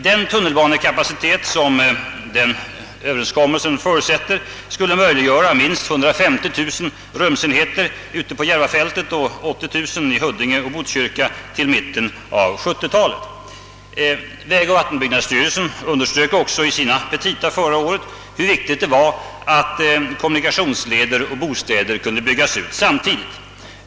Den tunnelbanekapacitet som denna överenskommelse «förutsätter skulle möjliggöra minst 150 000 rumsenheter ute på Järvafältet och 80000 i Huddinge och Botkyrka fram till mitten av 1970-talet. Vägoch <vattenbyggnadsstyrelsen underströk också i sina petita förra året hur viktigt det var att kommunikationsleder och bostäder kunde byggas ut samtidigt.